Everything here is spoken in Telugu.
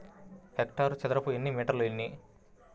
హెక్టారుకు చదరపు మీటర్లు ఎన్ని?